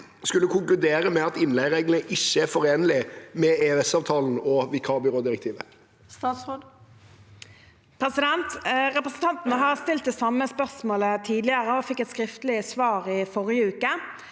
skulle konkludere med at innleiereglene ikke er forenlige med EØS-avtalen og vikarbyrådirektivet?» Statsråd Marte Mjøs Persen Represen- tanten har stilt det samme spørsmålet tidligere og fikk et skriftlig svar forrige uke.